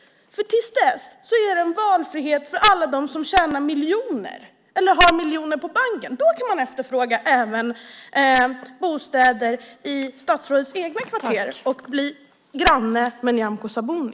Till dess är det en valfrihet för alla dem som tjänar miljoner eller har miljoner på banken. Då kan man efterfråga bostäder även i statsrådets egna kvarter och bli granne med Nyamko Sabuni.